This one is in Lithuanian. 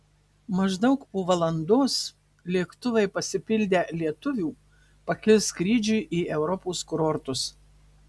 maždaug po valandos lėktuvai pasipildę lietuvių pakils skrydžiui į europos kurortus